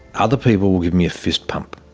other people will give me a fist bump,